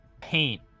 Paint